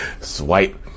swipe